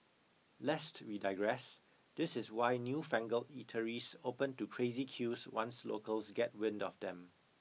lest we digress this is why newfangled eateries open to crazy queues once locals get wind of them